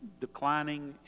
declining